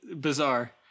bizarre